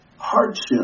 hardship